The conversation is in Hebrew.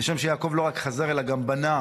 כשם שיעקב לא רק חזר אלא גם בנה,